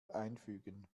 einfügen